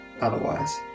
otherwise